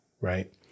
right